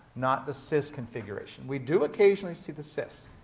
not the cis configuration. we do occasionally see the cis.